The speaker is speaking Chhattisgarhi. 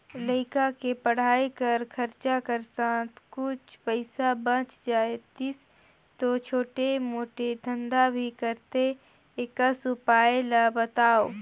लइका के पढ़ाई कर खरचा कर साथ कुछ पईसा बाच जातिस तो छोटे मोटे धंधा भी करते एकस उपाय ला बताव?